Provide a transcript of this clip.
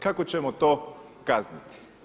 Kako ćemo to kazniti?